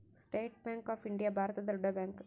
state Bank of India ಭಾರತದ ದೊಡ್ಡ bank